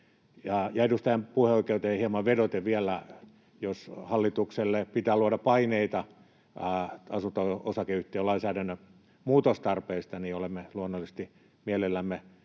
edustajan puheoikeuteen hieman vedoten: jos hallitukselle pitää luoda paineita asunto-osakeyhtiölainsäädännön muutostarpeista, niin olemme luonnollisesti mielellämme